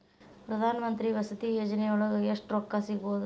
ಪ್ರಧಾನಮಂತ್ರಿ ವಸತಿ ಯೋಜನಿಯೊಳಗ ಎಷ್ಟು ರೊಕ್ಕ ಸಿಗಬೊದು?